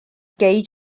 gei